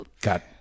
got